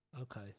Okay